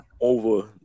over